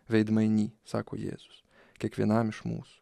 veidmainy sako jėzus kiekvienam iš mūsų